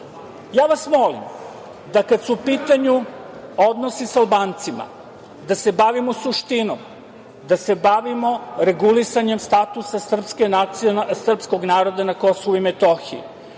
vas da kada su u pitanju odnosi sa Albancima, da se bavimo suštinom, da se bavimo regulisanjem statusa srpskog naroda na KiM,